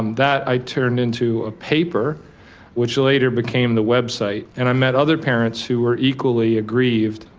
that i turned into a paper which later became the website, and i met other parents who were equally aggrieved.